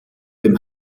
dem